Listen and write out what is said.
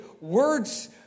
words